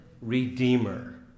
redeemer